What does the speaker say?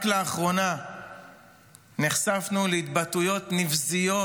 רק לאחרונה נחשפנו להתבטאויות נבזיות,